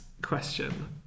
question